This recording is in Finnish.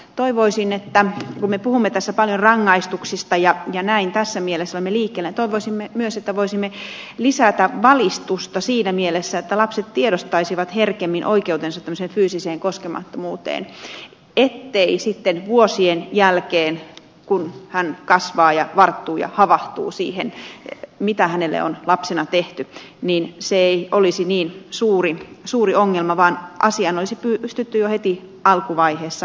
toivoisin että kun me puhumme paljon rangaistuksista ja tässä mielessä olemme liikkeellä niin myös voisimme lisätä valistusta siinä mielessä että lapsi tiedostaisi herkemmin oikeutensa fyysiseen koskemattomuuteen ettei sitten vuosien jälkeen kun hän kasvaa ja varttuu ja havahtuu siihen mitä hänelle on lapsena tehty se olisi niin suuri ongelma vaan asiaan olisi pystytty jo heti alkuvaiheessa puuttumaan